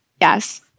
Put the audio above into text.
Yes